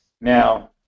now